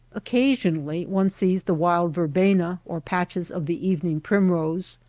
occasionally one sees the wild verbena or patches of the evening primrose,